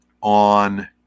on